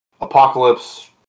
Apocalypse